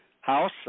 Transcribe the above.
house